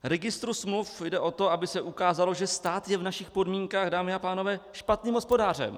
Registru smluv jde o to, aby se ukázalo, že stát je v našich podmínkách, dámy a pánové, špatným hospodářem.